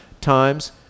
times